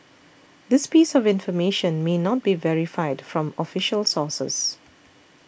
this piece of information may not be verified from official sources